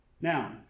Now